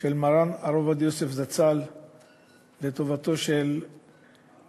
של מרן הרב עובדיה יוסף זצ"ל לטובתו של יונתן,